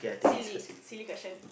silly silly question